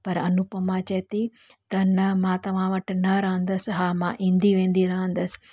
पर अनुपमा चए थी त न मां तव्हां वटि न रहंदसि हा मां ईंदी वेंदी रहंदसि